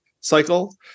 cycle